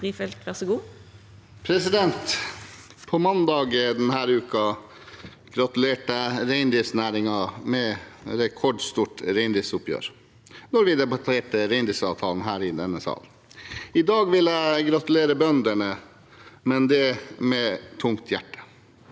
Mandag den- ne uken gratulerte jeg reindriftsnæringen med et rekordstort reindriftsoppgjør da vi debatterte reindriftsavtalen her i denne sal. I dag vil jeg gratulere bøndene, men det er med tungt hjerte.